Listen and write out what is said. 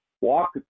walk